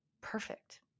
perfect